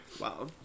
wow